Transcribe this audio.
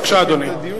בבקשה, אדוני.